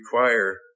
require